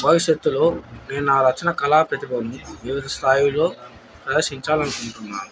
భవిష్యత్తులో నేను రచన కళా ప్రతిభ వివిధ స్థాయిలో ప్రదర్శించాలి అనుకుంటున్నాను